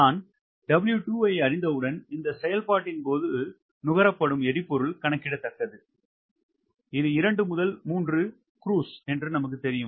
நான் W2 ஐ அறிந்தவுடன் இந்த செயல்பாட்டின் போது நுகரப்படும் எரிபொருள் கணக்கிடத்தக்கது இது 2 முதல் 3 குருஸ் என்று நமக்குத் தெரியும்